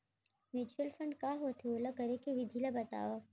mutual fund का होथे, ओला करे के विधि ला बतावव